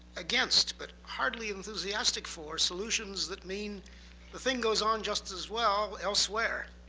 against, but hardly enthusiastic for solutions that mean the thing goes on just as well elsewhere.